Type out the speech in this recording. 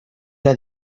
era